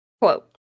Quote